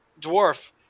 dwarf